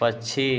पक्षी